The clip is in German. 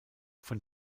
von